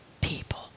people